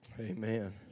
amen